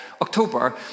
October